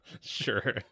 Sure